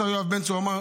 השר בן צור אמר,